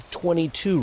22